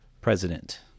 president